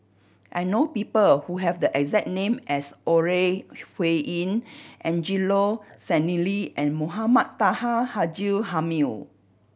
I know people who have the exact name as Ore Huiying Angelo Sanelli and Mohamed Taha Haji Jamil